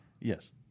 Yes